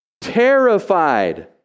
terrified